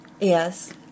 yes